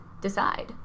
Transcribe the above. decide